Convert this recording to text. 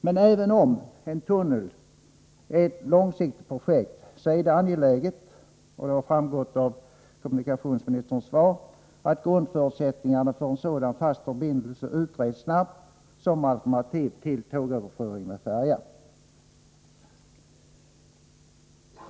Men även om en tunnel är ett långsiktigt projekt, är det angeläget — det har framgått av kommunikationsministerns svar — att grundförutsättningarna för en sådan fast förbindelse utreds snabbt som alternativ till tågöverföring med färja.